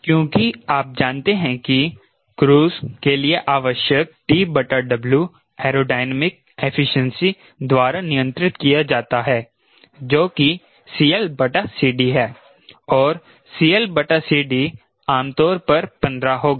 क्योंकि आप जानते हैं कि क्रूज के लिए आवश्यक TW एरोडायनामिक इफिशिएंसी द्वारा नियंत्रित किया जाता है जो कि CLCD है और CLCD आमतौर पर 15 होगा